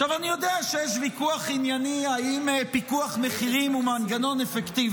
אני יודע שיש ויכוח ענייני אם פיקוח מחירים הוא מנגנון אפקטיבי.